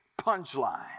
punchline